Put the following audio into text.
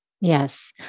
Yes